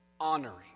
honoring